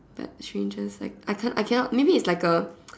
that changes like I can I cannot maybe it's like A